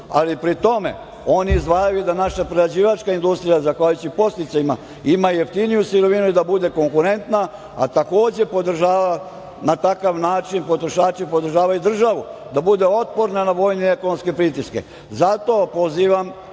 ali pri tome oni izdvajaju da naša prerađivačka industrija, zahvaljujući podsticajima, ima jeftiniju sirovinu i da bude konkurentna, a takođe podržava na takav način i državu, da bude otporna na vojne i ekonomske pritiske. Pozivam